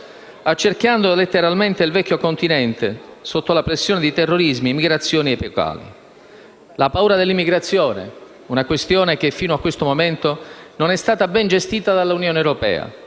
accerchiando letteralmente il vecchio Continente, sotto la pressione di terrorismi e migrazioni epocali. La paura dell'immigrazione è una questione che, fino a questo momento, non è stata ben gestita dalla Unione europea.